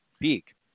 peak